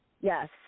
Yes